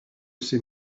ces